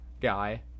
guy